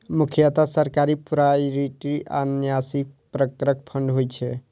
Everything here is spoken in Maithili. मुख्यतः सरकारी, प्रोपराइटरी आ न्यासी प्रकारक फंड होइ छै